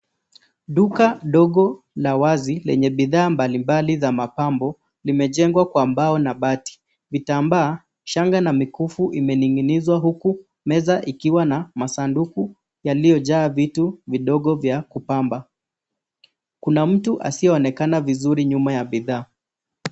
Duka dogo la wazi lenye bidhaa mbalimbali za mapambo imejengwa kwa mbao na bati. Vitambaa, shanga na mikufu vimeninginizwa huku meza ikiwa na masanduku yaliyojaa vitu vidogo vya kupamba. Kuna mtu asiyeonekana vizuri nyuma ya bidhaa.